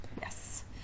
yes